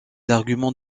arguments